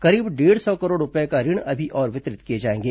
करीब डेढ़ सौ करोड़ रूपये का ऋण अभी और वितरित किए जाएंगे